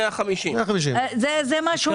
בסביבות ה-150,000 ₪.